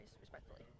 respectfully